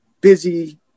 busy